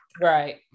Right